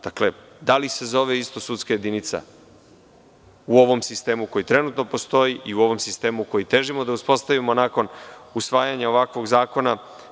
Da li se zove isto sudska jedinica u ovom sistemu koji trenutno postoji i u ovom sistemu koji težimo da uspostavimo nakon usvajanja ovakvog zakona?